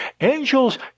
Angels